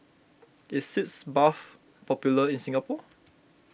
is Sitz Bath popular in Singapore